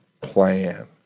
plan